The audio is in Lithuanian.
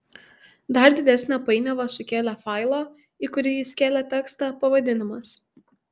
dar didesnę painiavą sukėlė failo į kurį jis kėlė tekstą pavadinimas